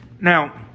Now